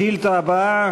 השאילתה הבאה,